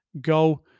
go